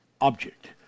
object